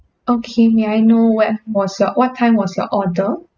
okay may I know what was your what time was your order